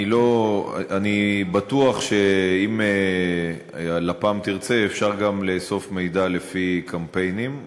אני בטוח שאם לפ"מ תרצה אפשר גם לאסוף מידע לפי קמפיינים.